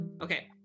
okay